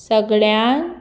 सगळ्यां